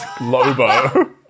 Lobo